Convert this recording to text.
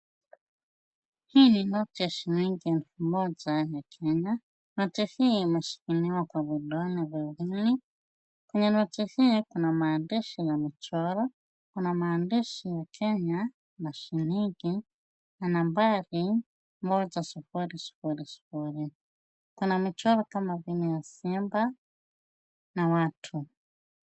Hii ni noti ya shilingi elfu moja ya Kenya. Noti hii imeshikiliwa kwa vidole viwili. Kwenye noti hii kuna maandishi na michoro. Kuna maandishi ya Kenya na shilingi, na nambari moja sufuri sufuri sufuri. Kuna michoro kama vile ya simba na watu.